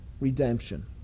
Redemption